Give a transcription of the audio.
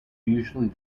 usually